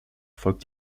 folgt